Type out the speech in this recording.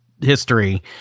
history